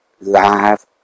live